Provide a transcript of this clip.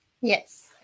Yes